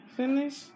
finish